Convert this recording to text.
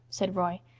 said roy.